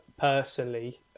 personally